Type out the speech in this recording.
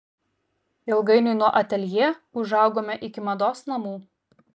ilgainiui nuo ateljė užaugome iki mados namų